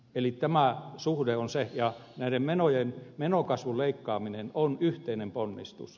eli tämä suhde on se ja menokasvun leikkaaminen on yhteinen ponnistus